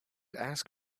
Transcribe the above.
ask